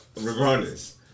regardless